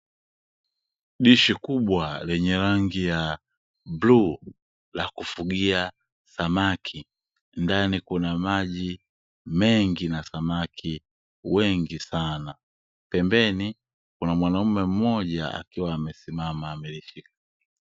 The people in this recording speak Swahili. Dishi kubwa lenye rangi ya bluu la kufugia samaki ndani kuna maji mengi na samaki wengi sana, pembeni kuna mwanaume mmoja akiwa amesimama amelishika.